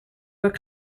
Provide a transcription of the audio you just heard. were